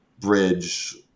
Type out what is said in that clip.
bridge